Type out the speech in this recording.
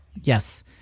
Yes